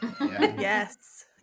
Yes